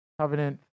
covenant